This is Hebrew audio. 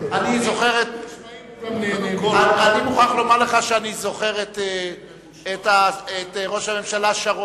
אני מוכרח לומר לך שאני זוכר את ראש הממשלה שרון,